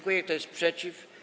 Kto jest przeciw?